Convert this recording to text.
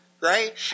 right